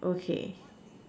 okay